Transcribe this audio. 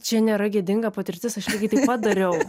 čia nėra gėdinga patirtis aš irgi taip pat dariau